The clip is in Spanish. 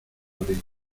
orilla